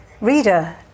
reader